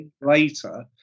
later